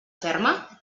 ferma